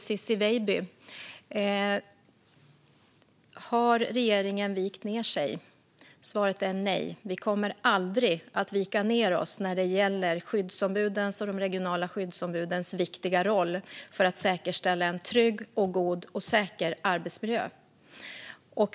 Fru talman! Har regeringen vikt ned sig? Svaret är nej. Vi kommer aldrig att vika ned oss när det gäller skyddsombudens och de regionala skyddsombudens viktiga roll för att säkerställa en trygg, god och säker arbetsmiljö.